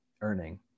earning